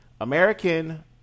american